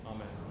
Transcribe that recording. Amen